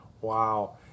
Wow